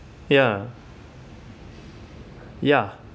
ya ya